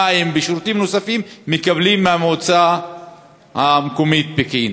מים ושירותים נוספים מקבלים מהמועצה המקומית פקיעין.